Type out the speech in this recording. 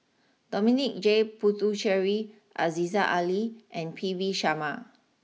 Dominic J Puthucheary Aziza Ali and P V Sharma